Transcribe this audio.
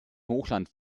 hochland